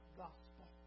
gospel